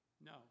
No